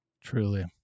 Truly